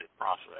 process